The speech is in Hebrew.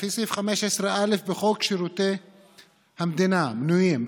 לפי סעיף 15א בחוק שירות המדינה (מינויים),